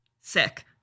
Sick